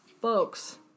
Folks